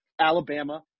Alabama